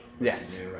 Yes